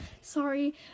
sorry